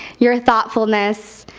your thoughtfulness,